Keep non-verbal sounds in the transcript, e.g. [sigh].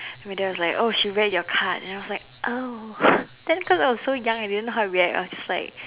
and my dad was like oh she read your card and I was like oh [breath] then cause I was so young I didn't know how to react I was just like